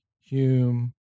Hume